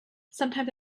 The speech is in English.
sometimes